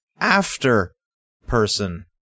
after-person